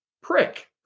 prick